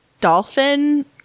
dolphin